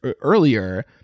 earlier